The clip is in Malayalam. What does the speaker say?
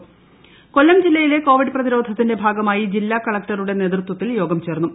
കൊല്ലം കളക്ടർ കൊല്ലം ജില്ലയിലെ കോവിഡ് പ്രതിരോധത്തിന്റെ ഭാഗമായി ജില്ലാ കളക്ടറുടെ നേതൃത്വത്തിൽ യോഗം ചേർന്നു